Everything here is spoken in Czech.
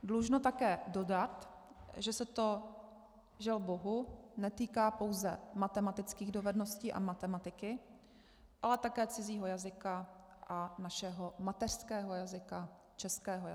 Dlužno také dodat, že se to, žel bohu, netýká pouze matematických dovedností a matematiky, ale také cizího jazyka a našeho mateřského jazyka, českého jazyka.